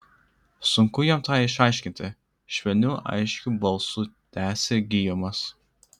sunku jam tą išaiškinti švelniu aiškiu balsu tęsė gijomas